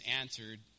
answered